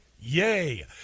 Yay